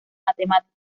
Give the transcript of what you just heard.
matemática